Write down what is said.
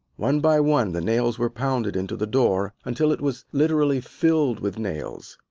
one by one the nails were pounded into the door, until it was literally filled with nails.